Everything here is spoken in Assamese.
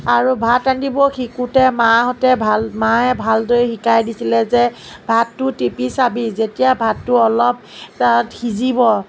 আৰু ভাত ৰান্ধিব শিকোঁতে মাহঁতে ভাল মায়ে ভালদৰে শিকাই দিছিলে যে ভাতটো টিপি চাবি যেতিয়া ভাতটো অলপ সিজিব